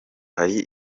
hari